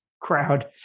crowd